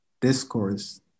discourse